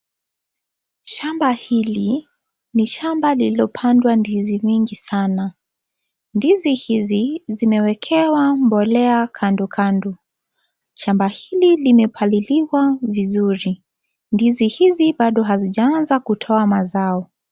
Shamba hili, ni shamba lililopandwa ndizi mingi sana, ndizi hizi zimewekewa mbolea kando kando. Shamba hili limepaliliwa vizuri. Ndizi hizi baado hazijaanza kutoa mazao.